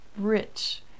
rich